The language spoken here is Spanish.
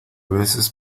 veces